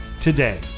today